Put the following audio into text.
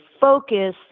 focus